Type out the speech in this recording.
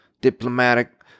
diplomatic